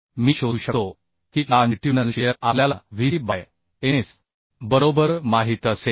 मी शोधू शकतो की लाँजिट्युडिनल शिअर आपल्याला Vc बाय Ns बरोबर माहित असेल